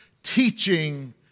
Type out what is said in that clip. teaching